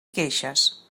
queixes